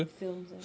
films ah